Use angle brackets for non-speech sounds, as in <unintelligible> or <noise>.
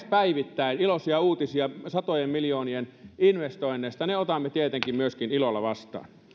<unintelligible> päivittäin iloisia uutisia satojen miljoonien investoinneista ne otamme tietenkin myöskin ilolla vastaan